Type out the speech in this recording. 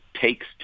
takes